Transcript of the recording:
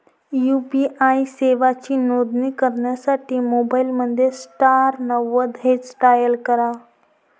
UPI सेवांची नोंदणी करण्यासाठी मोबाईलमध्ये स्टार नव्वद हॅच डायल करा